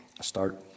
start